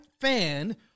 fan